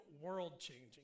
world-changing